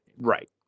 right